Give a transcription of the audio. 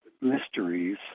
mysteries